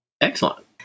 Excellent